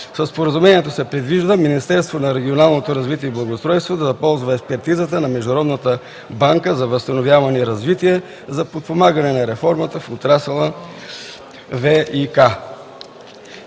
Със споразумението се предвижда Министерството на регионалното развитие и благоустройството да ползва експертизата на Международната банка за възстановяване и развитие за подпомагане на реформата в отрасъл ВиК.